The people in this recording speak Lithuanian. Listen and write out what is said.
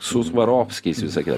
su swarovskiais visa kita